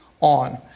on